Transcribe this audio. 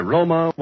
Roma